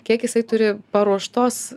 kiek jisai turi paruoštos